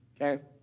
okay